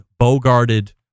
bogarted